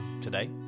today